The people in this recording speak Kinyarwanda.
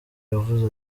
yavuze